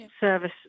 service